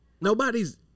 nobody's